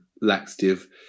laxative